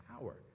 power